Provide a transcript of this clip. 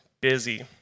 busy